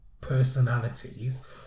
personalities